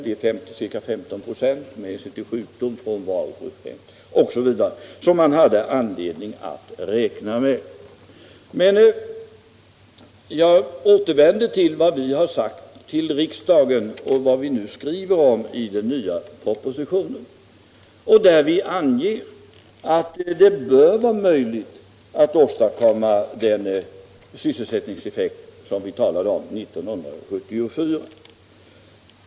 Siffran 2 300 har höjts med ca 15 ?6 med hänsyn till sjukdom, frånvaro av andra skäl osv. som man har anledning att räkna med. I den nya propositionen anger vi att det bör vara möjligt att åstadkomma den sysselsättningseffekt som vi talade om 1974.